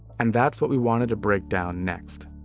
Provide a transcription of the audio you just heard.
and that's what we wanted to break down next.